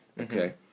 okay